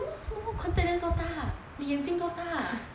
so small contact lens 这么大你眼睛多大